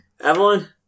Evelyn